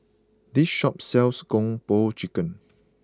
this shop sells Kung Po Chicken